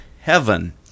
heaven